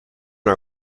our